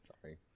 Sorry